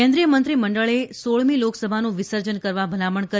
કેન્દ્રિયમંત્રીમંડળે સોળમી લોકસભાનું વિસર્જન કરવા ભલામણ કરી